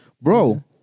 bro